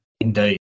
Indeed